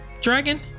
dragon